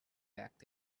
back